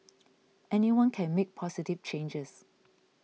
anyone can make positive changes